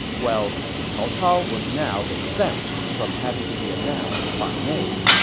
well, cao cao was now exempt from having to be announced by name.